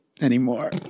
anymore